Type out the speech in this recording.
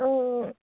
অঁ অঁ